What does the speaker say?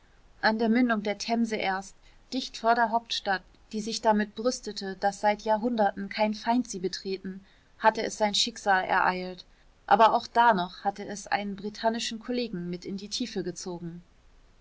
an der mündung der themse erst dicht vor der hauptstadt die sich damit brüstete daß seit jahrhunderten kein feind sie betreten hatte es sein schicksal ereilt aber auch da noch hatte es einen britannischen kollegen mit in die tiefe gezogen